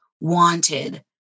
wanted